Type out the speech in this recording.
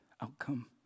outcome